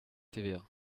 tva